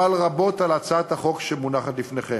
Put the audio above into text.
שעמל רבות על הצעת החוק שמונחת בפניכם,